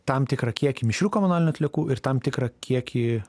tam tikrą kiekį mišrių komunalinių atliekų ir tam tikrą kiekį